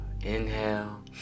Inhale